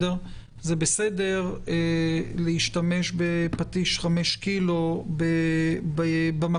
זה בסדר להשתמש בפטיש חמש קילו במקום